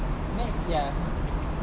then ya